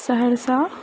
Saharsa